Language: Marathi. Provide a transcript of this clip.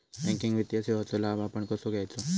बँकिंग वित्तीय सेवाचो लाभ आपण कसो घेयाचो?